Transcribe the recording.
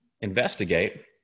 investigate